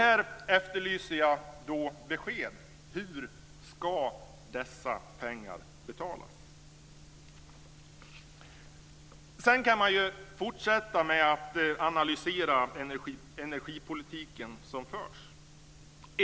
Här efterlyser jag besked. Hur ska dessa pengar betalas? Sedan kan man fortsätta med att analysera den energipolitik som förs.